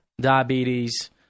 diabetes